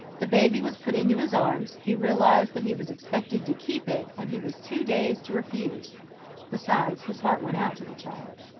the baby was put into his arms he realized that he was expected to keep it, and he was too dazed to refuse besides, his heart went out to the child.